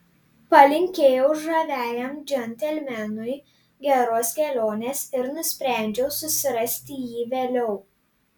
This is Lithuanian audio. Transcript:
palinkėjau žaviajam džentelmenui geros kelionės ir nusprendžiau susirasti jį vėliau